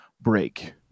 break